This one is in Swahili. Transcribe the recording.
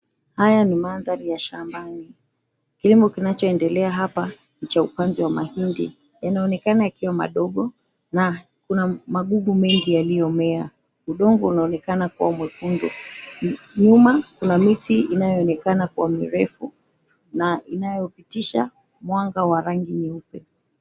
Haya ni mandhari ya shambani kilimo kinachoendelea hapa ni cha upanzi wa mahindi yanaonekana yakiwa madogo na kuna magugu mengi yaliyomea udongo unaonekana kua mwekundu. Nyuma kuna miti inayoonekana kuwa mirefu na inayopitisha mwanga wa rangi nyeupe.